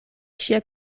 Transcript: ŝia